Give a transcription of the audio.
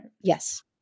Yes